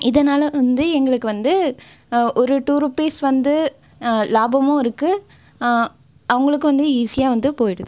இதனால் வந்து எங்களுக்கு வந்து ஒரு டூ ருப்பீஸ் வந்து லாபமும் இருக்குது அவர்களுக்கு வந்து ஈஸியாக வந்து போய்விடுது